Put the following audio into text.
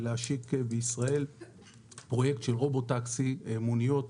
להשיק בישראל פרויקט של "רובוטקסי" מוניות